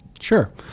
Sure